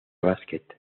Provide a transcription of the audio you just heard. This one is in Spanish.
basket